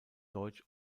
deutsch